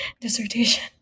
dissertation